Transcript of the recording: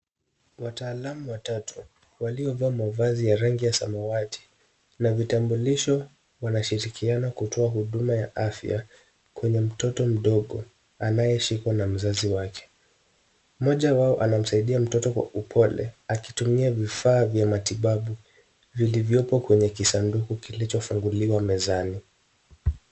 Wataalamu watatu waliovaa mavazi ya rangi ya samawati na vitambulisho, wanashirikiana kutoa huduma ya afya kwenye mtoto mdogo anayeshikwa na mzazi wake. Mmoja wao anamsaidia mtoto kwa upole akitumia vifaa vya matibabu vilivyopo kwenye sanduku iliyofunguliwa mezani.